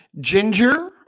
Ginger